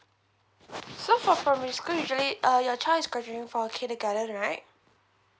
so for primary school usually uh your child is graduating from kindergarten right